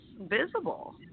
visible